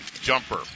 jumper